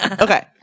Okay